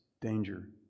danger